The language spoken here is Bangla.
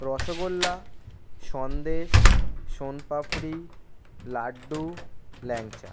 রসগোল্লা সন্দেশ সোনপাপড়ি লাড্ডু ল্যাংচা